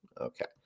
Okay